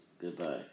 goodbye